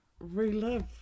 relive